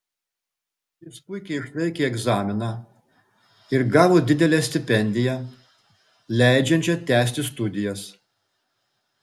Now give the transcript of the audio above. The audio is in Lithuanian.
jis puikiai išlaikė egzaminą ir gavo didelę stipendiją leidžiančią tęsti studijas